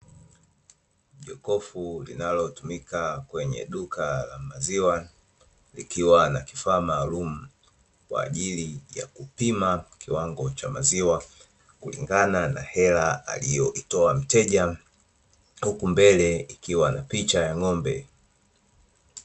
Jokofu linalotumika kwenye duka la maziwa, likiwa na kifaa maalumu kwa ajili ya kupima kiwango cha maziwa, kulingana na hela aliyoitoa mteja huku mbele ikiwa na picha ya ng'ombe.